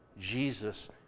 Jesus